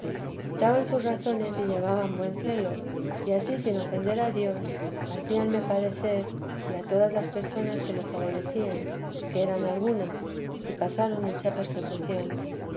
daban sus razones y llevaban buen celo y ansí sin ofender ellos a dios hacíanme padecer y a todas las personas qne lo favorecían que eran algunas y pasaron mucha persecución